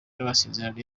n’amasezerano